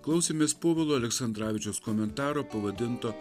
klausėmės povilo aleksandravičiaus komentaro pavadinto